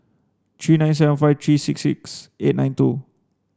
three nine seven five three six six eight nine two